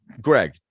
Greg